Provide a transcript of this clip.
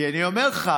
כי אני אומר לך,